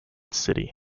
city